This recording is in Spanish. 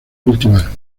cultivar